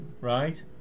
Right